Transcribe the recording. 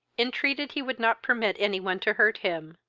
entreated he would not permit any one to hurt him